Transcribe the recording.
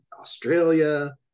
Australia